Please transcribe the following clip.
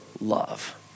love